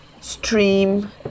stream